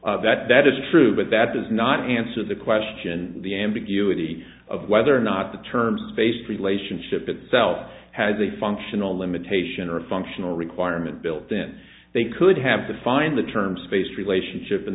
that that is true but that does not answer the question the ambiguity of whether or not the term space relationship itself has a functional limitation or a functional requirement built in they could have defined the term space relationship